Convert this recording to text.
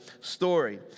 story